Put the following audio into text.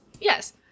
Yes